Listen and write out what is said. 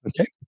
okay